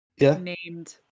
named